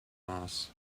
mass